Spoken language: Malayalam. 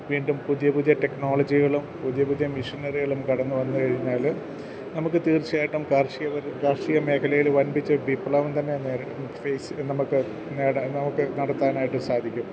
വീണ്ടും പുതിയ പുതിയ ടെക്നോളോജികളും പുതിയ പുതിയ മെഷീനറികളും കടന്നുവന്നുകഴിഞ്ഞാൽ നമുക്ക് തീർച്ചയായിട്ടും കാർഷിക വരൂ കാർഷിക മേഖലയിൽ വമ്പിച്ച വിപ്ലവം തന്നെ നേരിടാൻ ഫേസ് നമുക്ക് നേടാൻ നമുക്ക് നടത്താനായിട്ട് സാധിക്കും